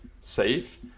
safe